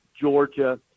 Georgia